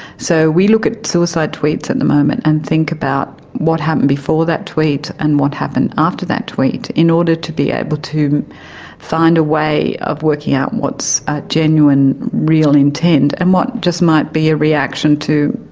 so we look at suicide tweets at the moment and think about what happened before that tweet and what happened after that tweet in order to be able to find a way of working out what's a genuine, real intent, and what just might be a reaction to,